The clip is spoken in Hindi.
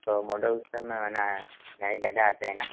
तो मॉडल उस समय नए ज़्यादा आते हैं ना